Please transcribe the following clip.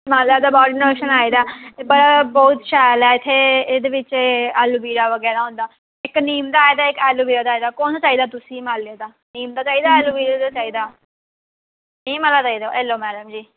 हिमालय दा body lotion आई दा ऐ ब बहुत शैल ऐ इत्थें एह्दे बिच्च ऐलोवेरा बगैरा होंदा इक नीम दा आए दा इक ऐलोवेरा दा आए दा कौन सा चाहिदा तुसेंगी हिमालया दा नीम दा चाहिदा ऐलोवेरा दा चाहिदा नीम आह्ला चाहिदा एह् लो मैडम जी